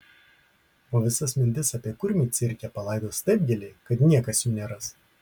o visas mintis apie kurmį cirke palaidos taip giliai kad niekas jų neras